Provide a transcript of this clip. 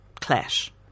clash